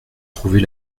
trouver